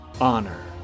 honor